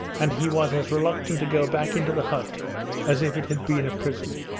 and he was as reluctant to go back into the hut as if it had been a prison.